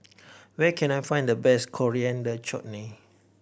where can I find the best Coriander Chutney